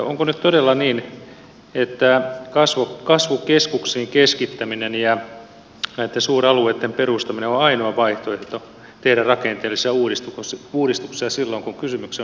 onko nyt todella niin että kasvukeskuksiin keskittäminen ja näiden suuralueiden perustaminen on ainoa vaihtoehto tehdä rakenteellisia uudistuksia silloin kun kysymyksessä on ihmisten turvallisuus